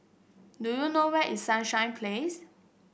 do you know where is Sunshine Place